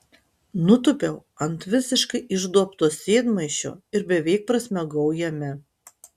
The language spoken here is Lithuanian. nutūpiau ant visiškai išduobto sėdmaišio ir beveik prasmegau jame